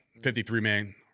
53-man